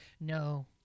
No